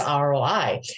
ROI